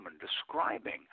describing